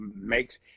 makes